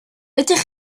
ydych